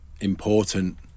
important